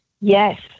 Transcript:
Yes